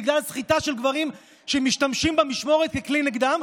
בגלל סחיטה של גברים שמשתמשים במשמורת ככלי נגדן,